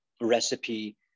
recipe